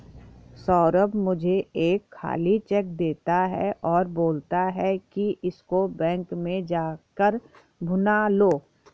सौरभ मुझे एक खाली चेक देता है और बोलता है कि इसको बैंक में जा कर भुना लो